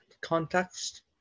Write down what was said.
context